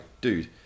dude